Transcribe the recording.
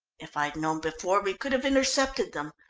if i'd known before we could have intercepted them.